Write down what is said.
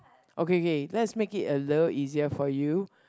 okay okay let's make it a little easier for you